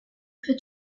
for